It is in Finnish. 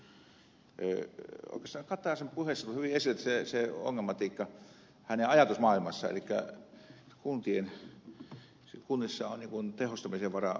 oikeastaan ka taisen puheessa tuli hyvin esille se ongelmatiikka hänen ajatusmaailmassaan elikkä kunnissa on tehostamisen varaa paljon